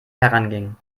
herangingen